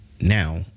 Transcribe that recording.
now